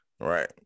right